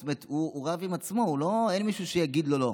זאת אומרת הוא רב עם עצמו, אין מישהו שיגיד לו לא.